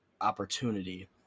opportunity